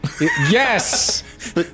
Yes